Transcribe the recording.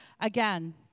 Again